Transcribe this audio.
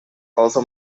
also